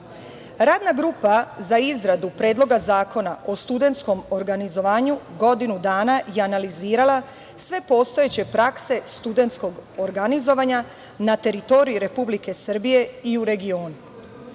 grupa za izradu Predloga zakona o studentskom organizovanju godinu dana je analizirala sve postojeće prakse studentskog organizovanja na teritoriji Republike Srbije i u regionu.